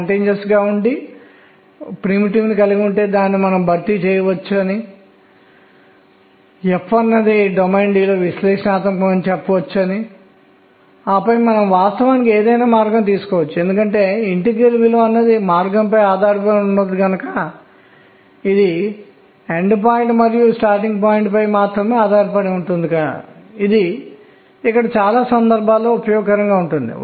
spin కోణీయ ద్రవ్యవేగం యొక్క ఆలోచన కూడా కొన్ని లక్షణాలను వివరించడానికి వచ్చింది పౌలీ ఎక్స్క్లుజన్ సూత్రం ఆవర్తనాన్నిపీరియాడిసిటీ ని వివరించడానికి మరియు పరమాణు షెల్ నిర్మాణాన్ని పూరించడానికి ప్రవేశపెట్టబడింది